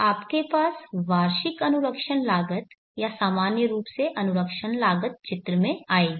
आपके पास वार्षिक अनुरक्षण लागत या सामान्य रूप से अनुरक्षण लागत चित्र में आएगी